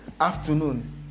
afternoon